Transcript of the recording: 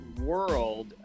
world